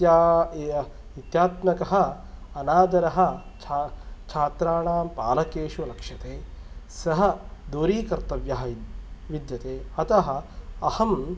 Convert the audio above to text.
इत्या इत्यात्मकः अनादरः छा छात्राणां पालकेषु लक्ष्यते सः दूरीकर्तव्यः विद्यते अतः अहम्